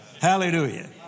Hallelujah